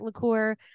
Liqueur